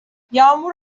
yağmur